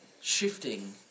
shifting